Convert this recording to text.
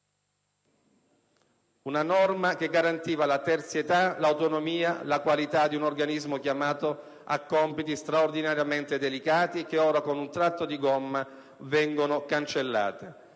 una norma che garantiva la terzietà, l'autonomia e la qualità di un organismo chiamato a compiti straordinariamente delicati, che ora con un tratto di gomma vengono cancellate.